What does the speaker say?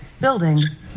buildings